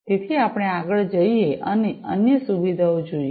તેથી આપણે આગળ જઈએ અને અન્ય સુવિધાઓ જોઈએ